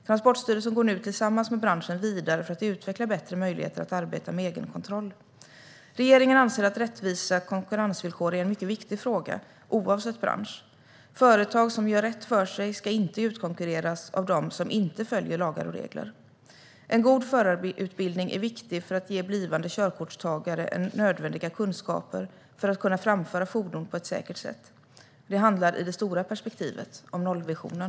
Transportstyrelsen går nu tillsammans med branschen vidare för att utveckla bättre möjligheter att arbeta med egenkontroll. Regeringen anser att rättvisa konkurrensvillkor är en mycket viktig fråga oavsett bransch. Företag som gör rätt för sig ska inte utkonkurreras av dem som inte följer lagar och regler. En god förarutbildning är viktig för att ge blivande körkortstagare nödvändiga kunskaper för att framföra fordon på ett säkert sätt. Det handlar i det stora perspektivet om nollvisionen.